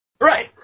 Right